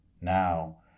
now